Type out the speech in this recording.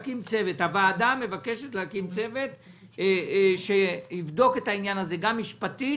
הוועדה מבקשת להקים צוות שיבדוק את העניין הזה גם משפטית